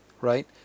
right